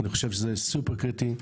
אני חושב שזה סופר קריטי.